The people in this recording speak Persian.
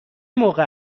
موقع